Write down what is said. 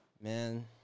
man